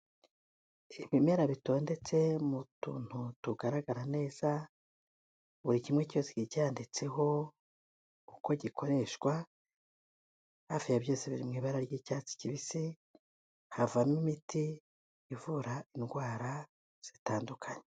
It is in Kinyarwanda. Ibimera bitondetse mu tuntu tugaragara neza buri kimwe cyose kigiye cyanditseho uko gikoreshwa hafi ya byose biri mu ibara ry'icyatsi kibisi havamo imiti ivura indwara zitandukanye.